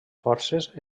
forces